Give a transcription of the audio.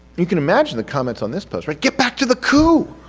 you can imagine the comments on this post but get back to the coup!